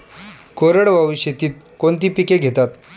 कोरडवाहू शेतीत कोणती पिके घेतात?